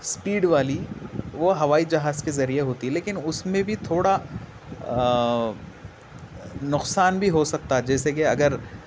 speed والی وہ ہوائی جہاز کےذریعے ہوتی لیکن اس میں بھی تھوڑا نقصان بھی ہو سکتا جیسے کہ اگر